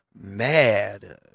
mad